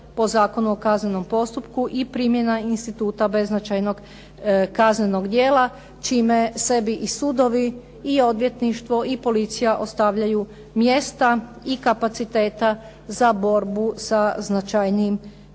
po Zakonu o kaznenom postupku i primjena instituta beznačajnog kaznenog djela, čime sebi i sudovi i odvjetništvo i policija ostavljaju mjesta i kapaciteta za borbu sa značajnijim